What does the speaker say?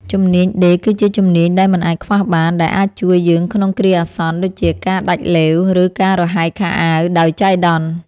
ជំនាញដេរគឺជាជំនាញដែលមិនអាចខ្វះបាន ដែលអាចជួយយើងក្នុងគ្រាអាសន្នដូចជាការដាច់ឡេវ ឬការរហែកខោអាវដោយចៃដន្យ។